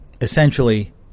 essentially